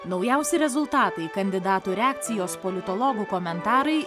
naujausi rezultatai kandidatų reakcijos politologų komentarai